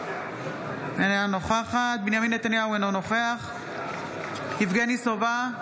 אינה נוכחת בנימין נתניהו, אינו נוכח יבגני סובה,